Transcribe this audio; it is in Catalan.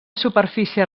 superfície